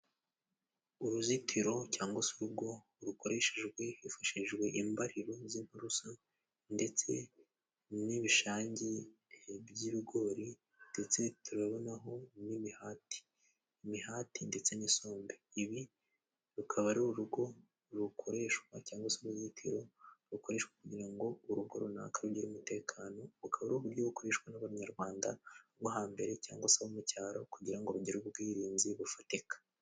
Uruzitiro cyangwa se urugo rukoreshejwe hifashishijwe imbariro z'inturusu ndetse n'ibishangi by'ibigori ndetse turabonaho n'imihati, imihati ndetse n'isombe. Ibi rukaba ari urugo rukoreshwa cyangwa sozitiro rukoreshwa kugira ngo urugo runaka rugire umutekano. Bukaba ari uburyo bukoreshwa n'abanyarwanda rwo hambere cyangwa se abo mu cyaro, kugira ngo ugire ubwirinzi bufatika.